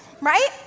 right